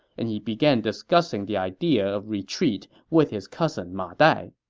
and he began discussing the idea of retreat with his cousin ma dai.